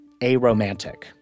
aromantic